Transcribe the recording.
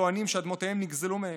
שטוענים שאדמותיהם נגזלו מהם.